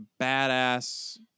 badass